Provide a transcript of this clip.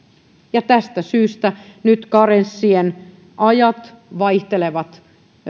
tästä syystä nyt karenssien ajat vaihtelevat